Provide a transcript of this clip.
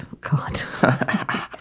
God